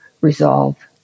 resolve